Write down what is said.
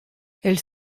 elle